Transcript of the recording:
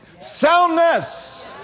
soundness